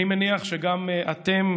אני מניח שגם אתם,